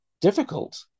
difficult